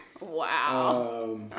Wow